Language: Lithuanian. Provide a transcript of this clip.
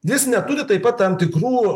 jis neturi taip pat tam tikrų